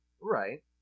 Right